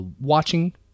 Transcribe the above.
watching